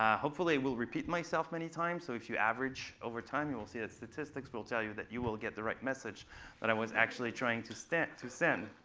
i will repeat myself many times. so if you average over time, you'll see that statistics will tell you that you will get the right message that i was actually trying to stick to send.